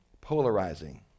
polarizing